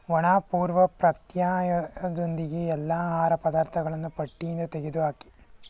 ಒಣ ಪೂರ್ವಪ್ರತ್ಯಯದೊಂದಿಗೆ ಎಲ್ಲ ಆಹಾರ ಪದಾರ್ಥಗಳನ್ನು ಪಟ್ಟಿಯಿಂದ ತೆಗೆದು ಹಾಕಿ